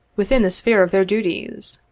within the sphere of their duties.